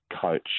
coach